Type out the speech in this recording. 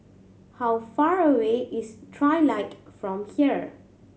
how far away is Trilight from here